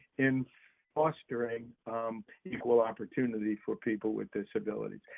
in fostering equal opportunity for people with disabilities,